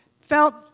felt